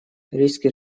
риски